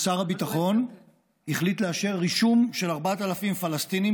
שר הביטחון החליט לאשר רישום של 4,000 פלסטינים